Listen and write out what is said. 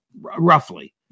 roughly